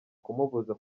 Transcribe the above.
kumubuza